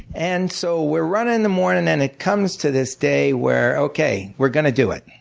and so we're running in the morning, and it comes to this day where okay, we're gonna do it.